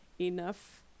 enough